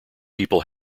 people